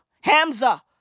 Hamza